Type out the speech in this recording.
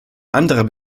anderer